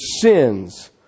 sins